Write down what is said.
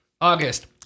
August